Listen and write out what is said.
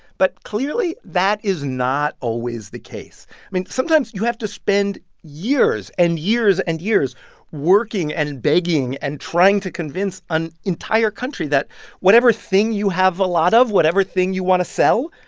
but clearly, that is not always the case i mean, sometimes you have to spend years and years and years working and and begging and trying to convince an entire country that whatever thing you have a lot of, whatever thing you want to sell,